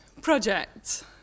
project